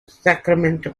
sacramento